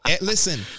listen